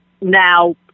now